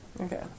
Okay